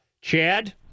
Chad